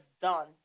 done